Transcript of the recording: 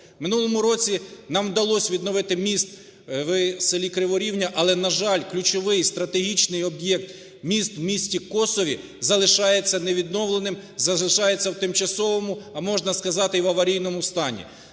минулому році нам вдалося відновити міст в селіКриворівня, але, на жаль, ключовий стратегічний об'єкт міст в місті Косові залишається невідновленим, залишається в тимчасовому, а можна сказати, і в аварійному стані.